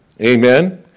Amen